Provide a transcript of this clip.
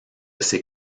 ces